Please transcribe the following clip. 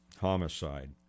homicide